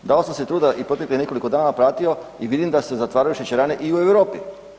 Dao sam si truda i proteklih nekoliko dana pratio i vidim da se zatvaraju šećerane i u Europi.